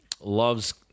loves